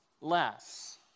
less